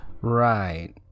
right